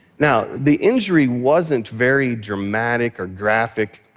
now, the injury wasn't very dramatic or graphic.